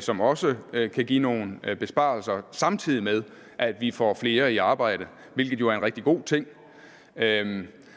som også kan give nogle besparelser, samtidig med at vi får flere i arbejde, hvilket jo er en rigtig god ting.